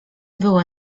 były